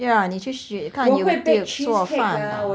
yeah 你去看 YouTube 做饭 mah